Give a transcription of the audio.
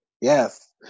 yes